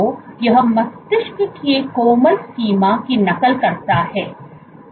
तो यह मस्तिष्क की कोमल सीमा की नकल करता है